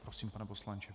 Prosím, pane poslanče.